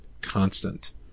constant